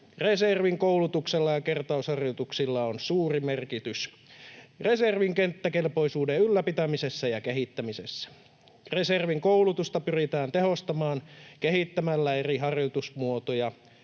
Reservin koulutuksella ja kertausharjoituksilla on suuri merkitys reservin kenttäkelpoisuuden ylläpitämisessä ja kehittämisessä. Reservin koulutusta pyritään tehostamaan kehittämällä eri harjoitusmuotoja,